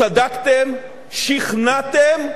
צדקתם, שכנעתם,